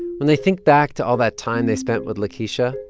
when they think back to all that time they spent with lakeisha,